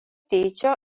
dydžio